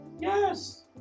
yes